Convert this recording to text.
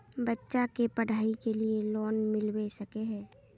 बच्चा के पढाई के लिए लोन मिलबे सके है?